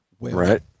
Right